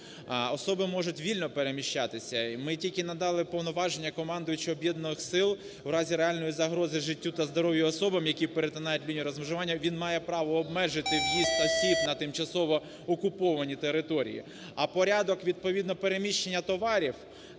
Особи можуть вільно переміщатися і ми тільки надали повноваження командуючого об'єднаних сил в разі реальної загрози життю та здоров'я особам, які перетинають лінію розмежування, він має право обмежити в'їзд осіб на тимчасово окуповані території. А порядок, відповідно, переміщення товарів